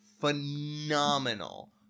phenomenal